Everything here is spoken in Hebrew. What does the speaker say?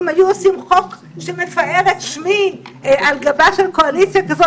אם היו עושים חוק שמפאר את שמי על גבה של קואליציה כזו,